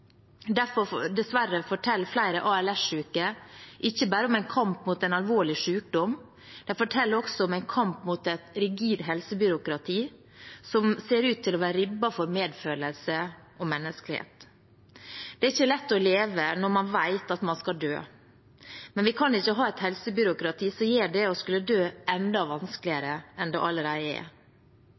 Dessverre forteller flere ALS-syke ikke bare om en kamp mot en alvorlig sykdom, de forteller også om en kamp mot et rigid helsebyråkrati som ser ut til å være ribbet for medfølelse og menneskelighet. Det er ikke lett å leve når man vet at man skal dø. Men vi kan ikke ha et helsebyråkrati som gjør det å skulle dø enda vanskeligere enn det allerede er.